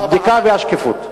הבדיקה והשקיפות.